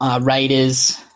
Raiders